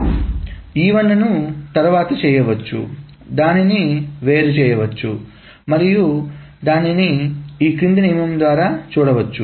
కాబట్టి E1 ను తరువాత చేయవచ్చు దానిని వేరు చేయవచ్చు మరియు దానిని ఈ క్రింది నియమం ద్వారా చూడవచ్చు